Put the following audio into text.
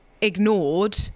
ignored